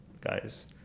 guys